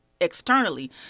externally